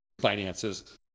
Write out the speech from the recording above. finances